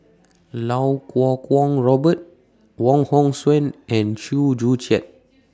Lau Kuo Kwong Robert Wong Hong Suen and Chew Joo Chiat